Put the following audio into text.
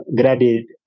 graduate